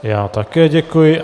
Já také děkuji.